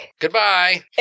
Goodbye